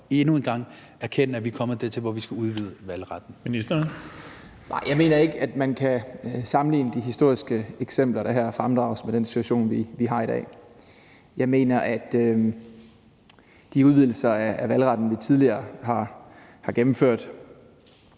Indenrigs- og boligministeren (Christian Rabjerg Madsen): Nej, jeg mener ikke, man kan sammenligne de historiske eksempler, der her fremdrages, med den situation, vi har i dag. Jeg mener, at de udvidelser af valgretten, vi tidligere har gennemført,